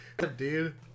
Dude